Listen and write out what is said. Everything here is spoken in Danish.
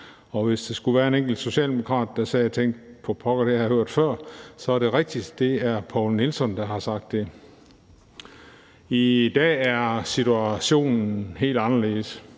Og hvis der skulle være et enkelt socialdemokrat, der sad og tænkte: For pokker, det har jeg hørt før, så er det rigtigt. Det er Poul Nelson, der har sagt det. I dag er situationen helt anderledes.